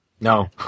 No